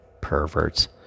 perverts